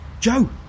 Joe